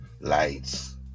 Lights